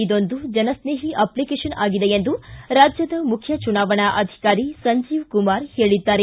ಇದೊಂದು ಜನನ್ನೇಹಿ ಅಪ್ಲಿಕೇಶನ್ ಆಗಿದೆ ಎಂದು ರಾಜ್ಯದ ಮುಖ್ಯ ಚುನಾವಣಾ ಅಧಿಕಾರಿ ಸಂಜೀವ ಕುಮಾರ್ ಹೇಳಿದ್ದಾರೆ